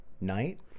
night